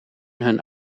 hun